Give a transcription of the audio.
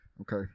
okay